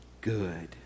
good